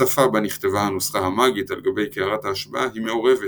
השפה בה נכתבה הנוסחה המאגית על גבי קערת ההשבעה היא מעורבת